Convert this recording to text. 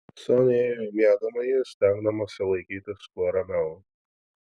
sonia įėjo į miegamąjį stengdamasi laikytis kuo ramiau